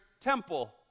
temple